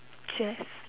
chess